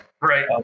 right